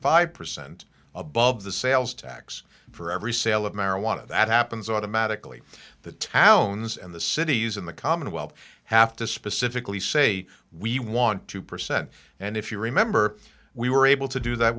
five percent above the sales tax for every sale of marijuana that happens automatically the towns and the cities in the commonwealth have to specifically say we want two percent and if you remember we were able to do that